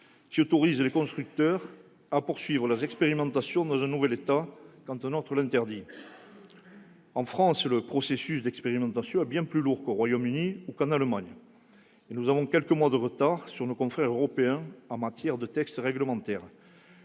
qui autorise les constructeurs à poursuivre leurs expérimentations dans un nouvel État quand un autre les interdit. En France, le processus d'expérimentation est bien plus lourd qu'au Royaume-Uni ou en Allemagne, et nous avons quelques mois de retard sur nos homologues européens en matière de textes réglementaires.